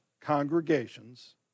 congregations